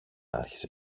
άρχισε